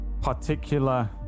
particular